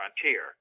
frontier